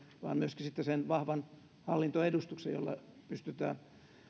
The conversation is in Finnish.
vaan myöskin sitten sen vahvan hallintoedustuksen jolla pystytään